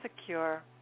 secure